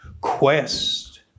quest